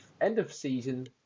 end-of-season